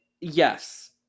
yes